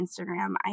Instagram